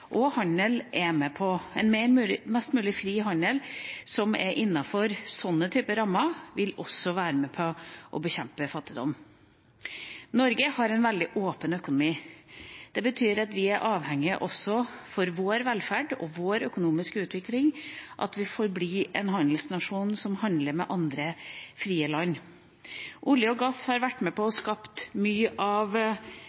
fri handel som er innenfor denne typen rammer, vil være med på å bekjempe fattigdom. Norge har en veldig åpen økonomi. Det betyr at vi, og vår velferd og økonomiske utvikling, er avhengig av at vi forblir en handelsnasjon som handler med andre frie land. Olje og gass har vært med på